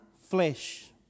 Flesh